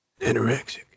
Anorexic